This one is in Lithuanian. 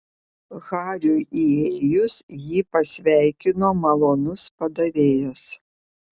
hariui įėjus jį pasveikino malonus padavėjas